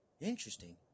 interesting